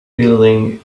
building